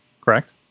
correct